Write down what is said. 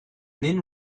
then